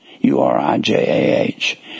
u-r-i-j-a-h